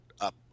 up